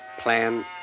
Plan